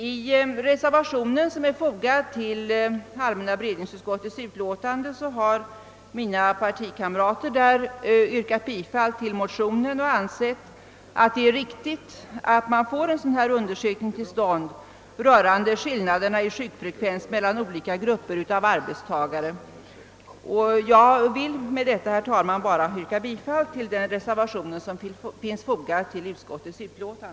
I den reservation som är fogad till allmänna beredningsutskottets utlåtande har mina partikamrater i utskottet yrkat bifall till motionerna, då de har ansett det riktigt att få en undersökning till stånd rörande skillnaderna i sjukfrekvens mellan olika grupper av arbetstagare. Jag vill med dessa ord, herr talman, yrka bifall till reservationen.